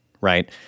right